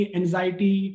anxiety